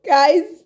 Guys